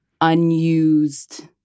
unused